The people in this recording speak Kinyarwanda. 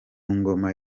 ngoma